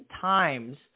times